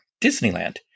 Disneyland